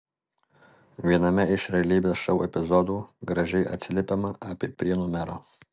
viename iš realybės šou epizodų gražiai atsiliepiama apie prienų merą